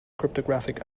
cryptographic